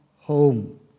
home